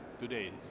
today